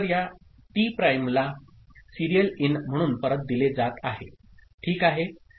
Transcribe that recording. तर या टी प्राइमला सीरियल इन म्हणून परत दिले जात आहे ठीक आहे